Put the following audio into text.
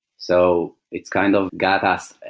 so, it's kind of got us,